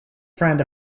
friend